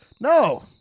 no